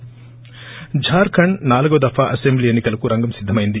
ర్భూర్ఖండ్ నాలుగవ దఫా అసెంబ్లీ ఎన్నికలకు రంగం సిద్దమైంది